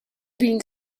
being